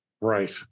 Right